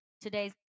today's